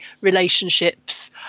relationships –